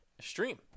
stream